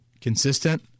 consistent